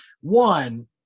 one